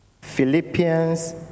Philippians